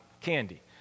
candy